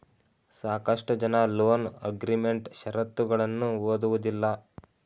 ಸಾಕಷ್ಟು ಜನ loan agreement ಶರತ್ತುಗಳನ್ನು ಓದುವುದಿಲ್ಲ